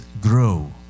grow